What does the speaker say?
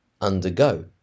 undergo